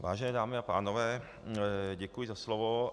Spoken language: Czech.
Vážené dámy a pánové, děkuji za slovo.